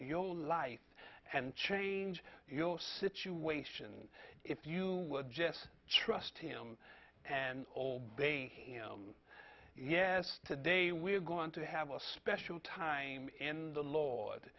your life and change your situation if you just trust him and old baby yes today we're going to have a special time in the lord